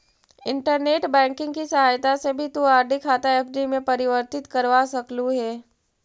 internet banking की सहायता से भी तु आर.डी खाता एफ.डी में परिवर्तित करवा सकलू हे